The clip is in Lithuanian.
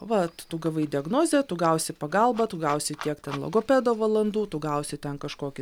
vat tu gavai diagnozę tu gausi pagalbą tu gausi tiek ten logopedo valandų tu gausi ten kažkokį